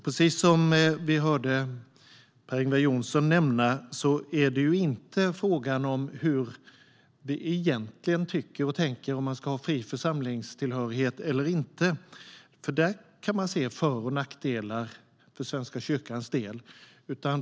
Precis som vi hörde Per-Ingvar Johnsson nämna är det inte fråga om hur vi egentligen tycker och tänker om fri församlingstillhörighet eller inte. Där finns för och nackdelar för Svenska kyrkans del.